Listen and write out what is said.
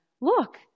look